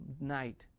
night